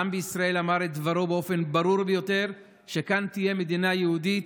העם בישראל אמר את דברו באופן ברור ביותר: כאן תהיה מדינה יהודית.